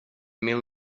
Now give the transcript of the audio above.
mil